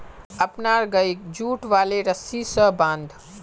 अपनार गइक जुट वाले रस्सी स बांध